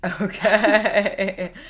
Okay